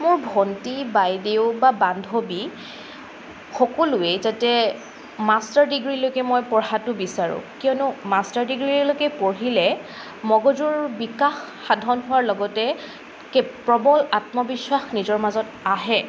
মোৰ ভণ্টি বাইদেউ বা বান্ধৱী সকলোৱেই যাতে মাষ্টাৰ ডিগ্ৰীলৈকে মই পঢ়াতো বিচাৰোঁ কিয়নো মাষ্টাৰ ডিগ্ৰীলৈকে পঢ়িলে মগজুৰ বিকাশ সাধন হোৱাৰ লগতে প্ৰৱল আত্মবিশ্বাস নিজৰ মাজত আহে